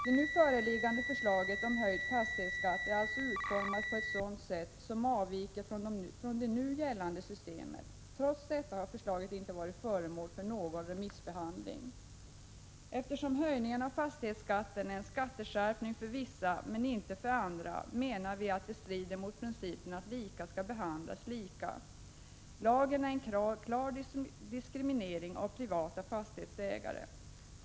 Det nu föreliggande förslaget om höjd fastighetsskatt är alltså utformat på ett sätt som avviker från det nu gällande systemet. Trots detta har förslaget inte varit föremål för någon remissbehandling. Eftersom höjningen av fastighetsskatten innebär en skatteskärpning för vissa men inte för andra, menar vi att den strider mot principen att lika skall behandlas lika. Lagen är en klar diskriminering av privat fastighetsägande.